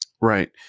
Right